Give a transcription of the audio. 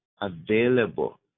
available